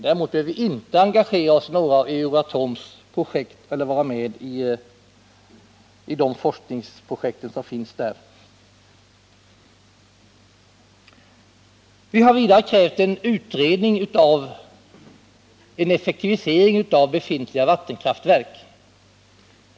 Däremot bör vi inte engagera oss i några av Euratoms projekt eller vara med i de forskningsprojekt som finns där. Vi har vidare krävt en utredning när det gäller effektivisering av befintliga vattenkraftverk.